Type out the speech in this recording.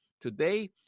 Today